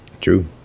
True